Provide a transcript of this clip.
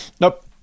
Nope